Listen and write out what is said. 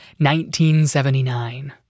1979